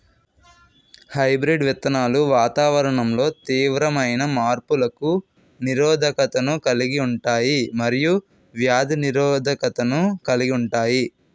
hybrid విత్తనాలు వాతావరణంలో తీవ్రమైన మార్పులకు నిరోధకతను కలిగి ఉంటాయి మరియు వ్యాధి నిరోధకతను కలిగి ఉంటాయి